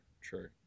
True